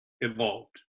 Evolved